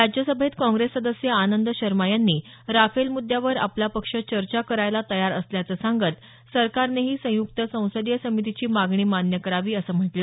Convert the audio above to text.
राज्यसभेत काँग्रेस सदस्य आनंद शर्मा यांनी राफेल मुद्यावर आपला पक्ष चर्चा करायला तयार असल्याचं सांगत सरकारनेही संयुक्त संसदीय समितीची मागणी मान्य करावी असं म्हटलं